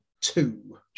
two